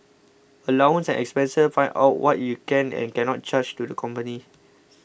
allowance and expenses find out what you can and cannot charge to the company